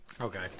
Okay